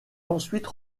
ensuite